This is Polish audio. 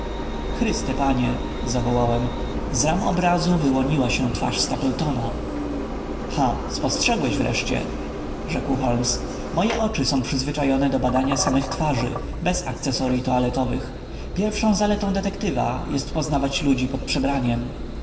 chryste panie zawołałem z ram obrazu wyłoniła się twarz stapletona ha spostrzegłeś wreszcie rzekł holmes moje oczy są przyzwyczajone do badania samych twarzy bez akcesoryj toaletowych pierwszą zaletą detektywa jest poznawać ludzi pod przebraniem